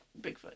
Bigfoot